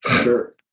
Sure